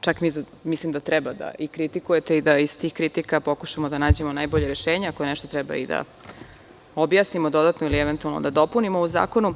čak mislim da i treba da kritikujete i da iz tih kritika pokušamo da nađemo najbolja rešenja, a ako nešto treba i da objasnimo dodatno ili eventualno da dopunimo u zakonu.